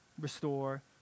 Restore